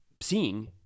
seeing